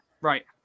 Right